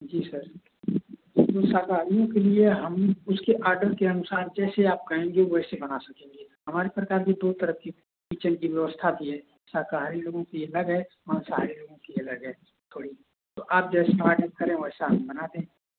जी sir जो शाकाहारियों के लिए हम उसके ऑर्डर के अनुसार जैसे आप कहेंगे वैसे बना सकेंगे हमारे प्रकार के दो तरह के किचेन की व्यवस्था भी है शाकाहारी लोगों की अलग है माँसाहारी लोगों की अलग है थोड़ी तो आप जैसा ऑर्डर करें वैसा हम बना दें